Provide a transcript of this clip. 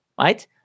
right